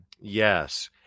yes